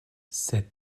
cette